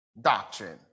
doctrine